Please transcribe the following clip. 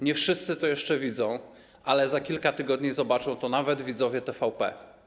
Nie wszyscy to jeszcze widzą, ale za kilka tygodni zobaczą to nawet widzowie TVP.